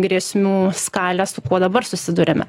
grėsmių skalę su kuo dabar susiduriame